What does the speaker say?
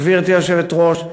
גברתי היושבת-ראש,